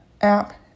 app